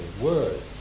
words